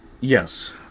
Yes